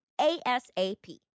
ASAP